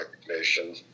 recognition